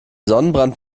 sonnenbrand